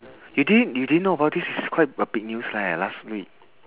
you didn't you didn't know about this is quite a big news leh last week